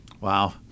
Wow